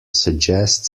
suggest